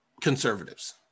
conservatives